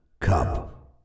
Cup